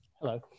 Hello